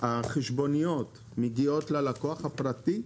החשבוניות מגיעות ללקוח הפרטי?